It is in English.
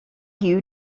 you